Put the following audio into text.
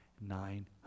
nine